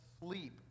sleep